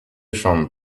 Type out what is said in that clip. chambre